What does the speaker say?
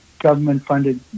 government-funded